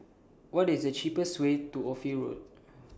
What IS The cheapest Way to Ophir Road